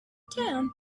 town